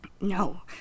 No